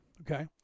okay